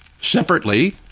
Separately